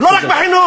לא רק בחינוך.